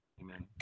Amen